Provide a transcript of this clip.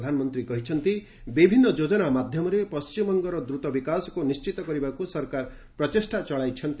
ପ୍ରଧାନମନ୍ତ୍ରୀ କହିଛନ୍ତି ବିଭିନ୍ନ ଯୋଜନା ମାଧ୍ୟମରେ ପଶ୍ଚିମବଙ୍ଗର ଦ୍ରତ ବିକାଶକୁ ନିଶ୍ଚିତ କରିବାକୁ ସରକାର ପ୍ରଚେଷ୍ଟା ଚଳାଇଛନ୍ତି